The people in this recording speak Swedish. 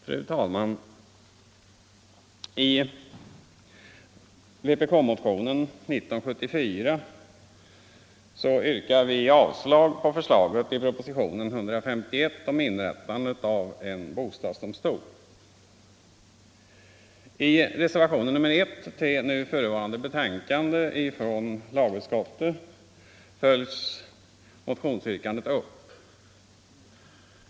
Fru talman! I vpk-motionen 1925 yrkar vi avslag på förslaget i propositionen 151 om inrättandet av en bostadsdomstol. I reservationen 1 till nu förevarande betänkande från lagutskottet följs motionsyrkandet upp.